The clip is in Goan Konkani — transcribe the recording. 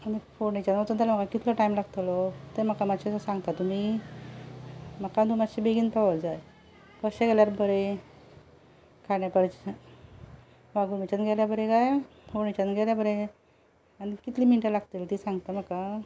आनी फोंडेच्यान वचत जाल्यार म्हाका कितलो टायम लागतलो तें म्हाका मातशें सांगता तुमी म्हाका न्हय मातशें बेगीन पावोंक जाय कशें गेल्यार बरें खांडेपारच्यान वागोमेच्यान गेल्यार बरें काय फोंडेच्यान गेल्यार बरें आनी कितलीं मिनटां लागतली तें सांगता म्हाका